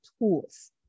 tools